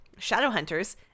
Shadowhunters